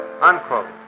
Unquote